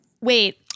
Wait